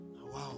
Wow